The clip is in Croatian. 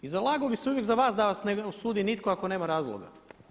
I zalagao bih se uvijek za vas da vas ne osudi nitko ako nema razloga.